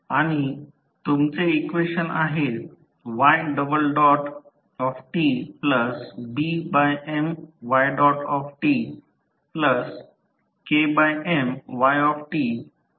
आणि तुमचे इक्वेशन आहे ytBMytKMyt1Mft